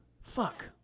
fuck